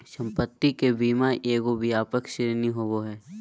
संपत्ति के बीमा एगो व्यापक श्रेणी होबो हइ